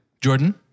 Jordan